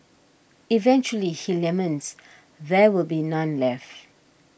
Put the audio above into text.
eventually he laments there will be none left